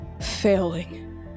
Failing